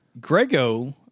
Grego